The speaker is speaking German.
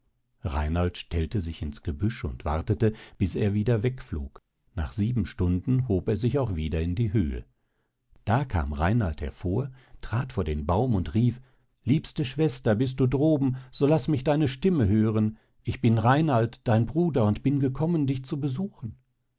reinald stellte sich ins gebüsch und wartete bis er wieder wegflog nach sieben stunden hob er sich auch wieder in die höhe da kam reinald hervor trat vor den baum und rief liebste schwester bist du droben so laß mich deine stimme hören ich bin reinald dein bruder und bin gekommen dich zu besuchen